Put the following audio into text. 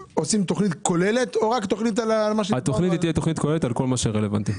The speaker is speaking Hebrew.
כן, על כל מה שרלוונטי.